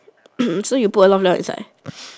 so you put a lot of 料 inside